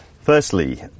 Firstly